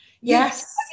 Yes